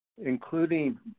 including